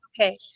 Okay